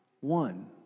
one